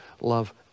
love